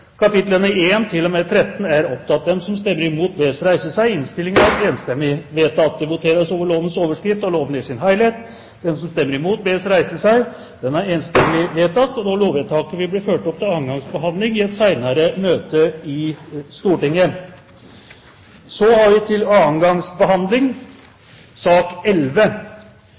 kapitlene 3–13 Det voteres over lovens overskrift og loven i sin helhet. Lovvedtaket vil bli ført opp til annen gangs behandling i et senere møte i Stortinget. Det voteres over lovens overskrift og loven i sin helhet. Lovvedtaket vil bli ført opp til annen gangs behandling